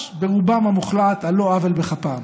ברובם המוחלט ממש על לא עוול בכפם.